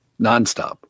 nonstop